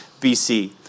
BC